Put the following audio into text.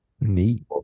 neat